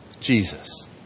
Jesus